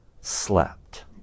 slept